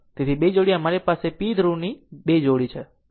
તેથી 2 જોડી અમારી પાસે p ધ્રુવની 2 જોડી બરાબર છે